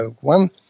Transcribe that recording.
one